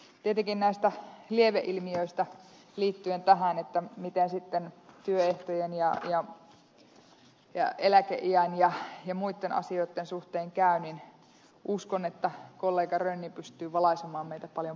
tietenkin näistä lieveilmiöistä liittyen tähän miten sitten työehtojen ja eläkeiän ja muitten asioitten suhteen käy uskon että kollega rönni pystyy valaisemaan meitä paljon paremmin